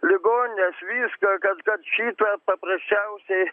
ligonines viską kad kad šitą paprasčiausiai